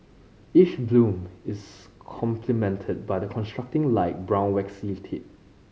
each bloom is complemented by a contrasting light brown waxy tip